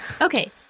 Okay